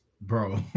Bro